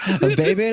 baby